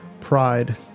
pride